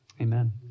Amen